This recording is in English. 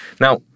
Now